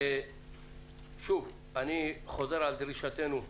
שוב, אני חוזר על דרישתנו: